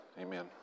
amen